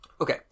Okay